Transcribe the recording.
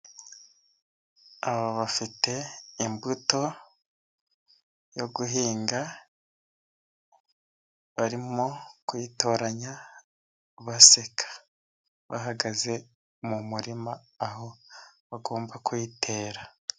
Aba bafite imbuto yo guhinga, barimo kuyitoranya baseka, bahagaze mu murima, aho bagomba kuyitera.